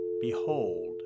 behold